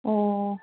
ꯑꯣ